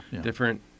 different